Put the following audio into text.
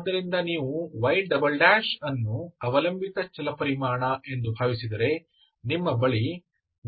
ಆದ್ದರಿಂದ ನೀವು y ಅನ್ನು ಅವಲಂಬಿತ ಚಲಪರಿಮಾಣ ಎಂದು ಭಾವಿಸಿದರೆ ನಿಮ್ಮ ಬಳಿ